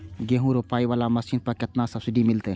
गेहूं रोपाई वाला मशीन पर केतना सब्सिडी मिलते?